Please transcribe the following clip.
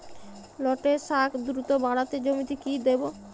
লটে শাখ দ্রুত বাড়াতে জমিতে কি দেবো?